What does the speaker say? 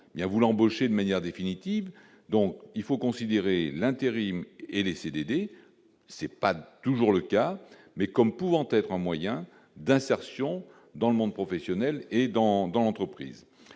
vous l'embauchez de manière définitive, donc il faut considérer l'intérim et les CDD, c'est pas toujours le cas mais comme pouvant être un moyen d'insertion dans le monde professionnel et dans dans l'entreprise,